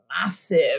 massive